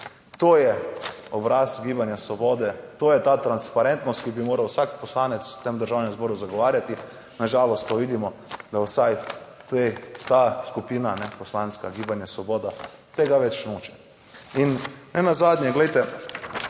To je obraz Gibanja Svobode. To je ta transparentnost, ki bi jo moral vsak poslanec v tem Državnem zboru zagovarjati, na žalost pa vidimo, da vsaj ta skupina, poslanska, Gibanja Svoboda, tega več noče. In ne nazadnje, glejte,